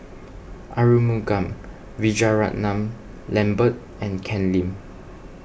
Arumugam Vijiaratnam Lambert and Ken Lim